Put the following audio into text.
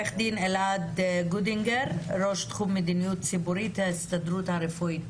ד"ר נועה הראל ממרשם.